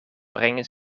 brengen